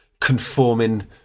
conforming